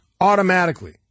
Automatically